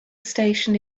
station